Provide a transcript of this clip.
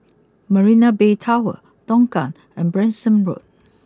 Marina Bay Tower Tongkang and Branksome Road